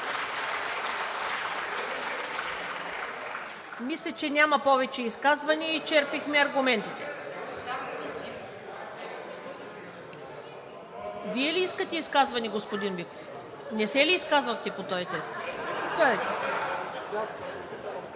Мисля, че няма повече изказвания. Изчерпахме аргументите. Вие ли искате изказване, господин Биков? Не се ли изказвахте по този текст? Заповядайте.